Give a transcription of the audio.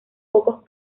pocos